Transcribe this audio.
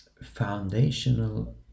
foundational